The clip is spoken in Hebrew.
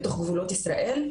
בתוך גבולות ישראל.